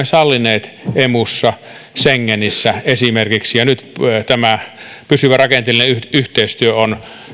sallineet esimerkiksi emussa schengenissä nyt tämä pysyvä rakenteellinen yhteistyö on